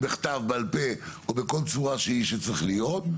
בכתב בעל פה או בכל צורה שצריך להיות,